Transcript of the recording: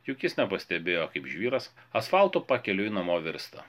juk jis nepastebėjo kaip žvyras asfaltu pakeliui namo virsta